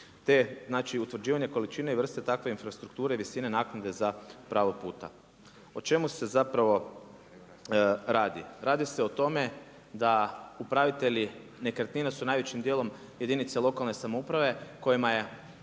Te znači utvrđivanje količine i vrste takve infrastrukture i visine naknade za pravo puta. O čemu se zapravo radi? Radi se o tome da upravitelji nekretnina su najvećim dijelom jedinice lokalne samouprave kojima je